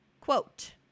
quote